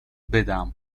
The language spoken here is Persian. بدم